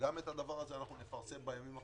גם את זה נפרסם בימים הקרובים.